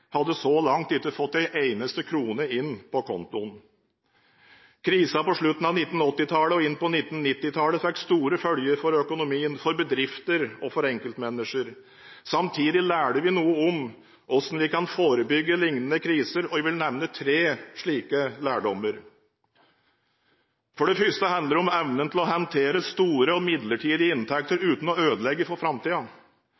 hadde så langt ikke fått en eneste krone inn på kontoen. Krisen på slutten av 1980-tallet og inn på 1990-tallet fikk store følger for økonomien, for bedrifter og for enkeltmennesker. Samtidig lærte vi noe om hvordan vi kan forebygge lignende kriser, og jeg vil nevne tre slike lærdommer. For det første handler det om evnen til å håndtere store og midlertidige inntekter